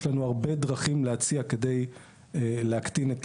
יש לנו הרבה דרכים להציע כדי להקטין את